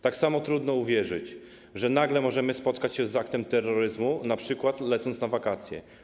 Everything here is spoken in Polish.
Tak samo trudno uwierzyć, że nagle możemy spotkać się z aktem terroryzmu, np. lecąc na wakacje.